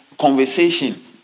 conversation